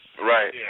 Right